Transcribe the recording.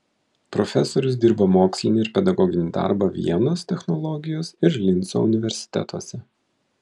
profesorius dirbo mokslinį ir pedagoginį darbą vienos technologijos ir linco universitetuose